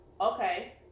okay